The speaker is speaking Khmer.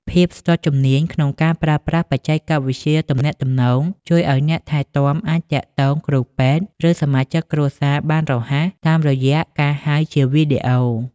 ភាពស្ទាត់ជំនាញក្នុងការប្រើប្រាស់បច្ចេកវិទ្យាទំនាក់ទំនង ជួយឱ្យអ្នកថែទាំអាចទាក់ទងគ្រូពេទ្យ ឬសមាជិកគ្រួសារបានរហ័សតាមរយៈការហៅជាវីដេអូ។